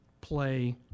play